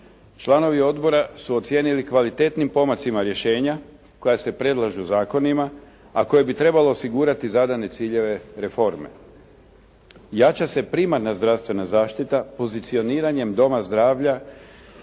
Članovi odbora su ocijenili kvalitetnim pomacima rješenja koja se predlažu zakonima, a koja bi trebalo osigurati zadane ciljeve reforme. Jača se primarna zdravstvena zaštita pozicioniranjem doma zdravlja,